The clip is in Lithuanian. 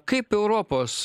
kaip europos